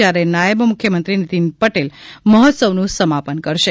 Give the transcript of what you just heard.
જ્યારે નાયબ મુખ્યમંત્રી નિતિન પટેલ મહોત્સવનું સમાપન કરશે